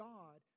God